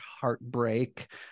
heartbreak